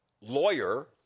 lawyer